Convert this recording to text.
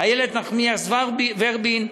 איילת נחמיאס ורבין,